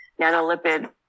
nanolipid